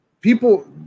people